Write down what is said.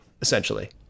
essentially